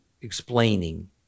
explaining